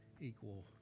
equal